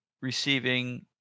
receiving